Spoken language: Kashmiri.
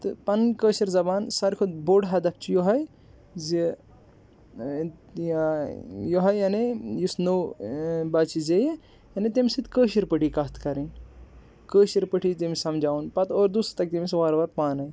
تہٕ پَنٕنۍ کٲشِر زَبان ساروے کھۄتہٕ بوٚڑ حَدف چھُ یُہوٚے زِ یہِ یُہوٚے یعنی یُس نوٚو بَچہِ زیٚیہِ یعنی تٕمِس سۭتۍ کٲشِر پٲٹھی کَتھ کَرٕنۍ کٲشِر پٲٹھی تٕمِس سَمجاوُن پتہٕ اوردوٗ سُہ تَگہِ تٕمِس وار وار پانٕے